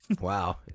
wow